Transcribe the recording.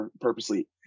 purposely